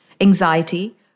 anxiety